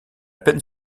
peine